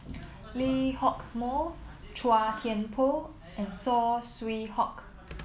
Lee Hock Moh Chua Thian Poh and Saw Swee Hock